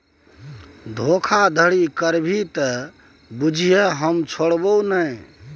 धोखाधड़ी करभी त बुझिये हम छोड़बौ नै